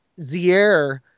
Zier